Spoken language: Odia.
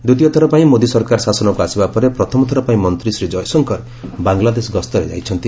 ଦ୍ୱିତୀୟ ଥର ପାଇଁ ମୋଦୀ ସରକାର ଶାସନକୁ ଆସିବା ପରେ ପ୍ରଥମଥର ପାଇଁ ମନ୍ତ୍ରୀ ଶ୍ରୀ ଜୟଶଙ୍କର ବାଙ୍ଗଲାଦେଶ ଗସ୍ତରେ ଯାଇଛନ୍ତି